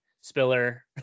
Spiller